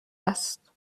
است